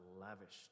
lavished